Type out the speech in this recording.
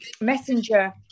messenger